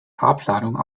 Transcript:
farbladung